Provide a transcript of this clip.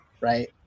right